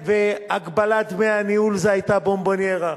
והגבלת דמי הניהול זה היה בונבוניירה.